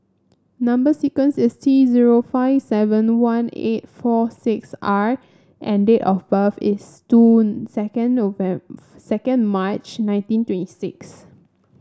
number sequence is T zero five seven one eight four six R and date of birth is two second second March nineteen twenty six